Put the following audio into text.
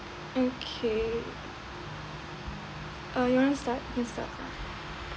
okay uh you want to start you can start now